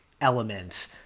element